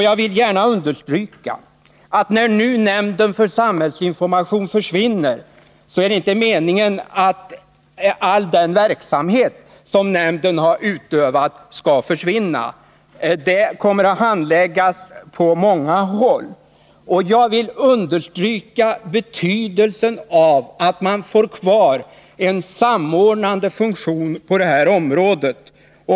Jag vill gärna betona att när nu nämnden för samhällsinformation försvinner, så är det inte meningen att all den verksamhet som nämnden bedrivit skall försvinna. Uppgifterna kommer att handläggas på många håll, och jag understryker betydelsen av att man får kvar en samordnande funktion på detta område.